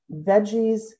Veggies